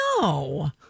no